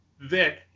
Vic